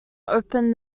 opened